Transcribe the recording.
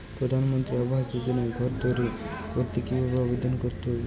প্রধানমন্ত্রী আবাস যোজনায় ঘর তৈরি করতে কিভাবে আবেদন করতে হবে?